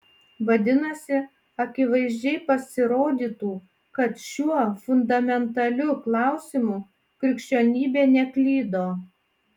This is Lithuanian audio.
vadinasi akivaizdžiai pasirodytų kad šiuo fundamentaliu klausimu krikščionybė neklydo